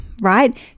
right